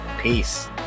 Peace